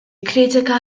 kritika